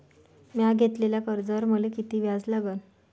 म्या घेतलेल्या कर्जावर मले किती व्याज लागन?